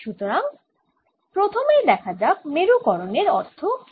সুতরাং প্রথমেই দেখা যাক মেরুকরণের অর্থ কী